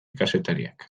kazetariak